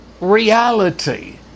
reality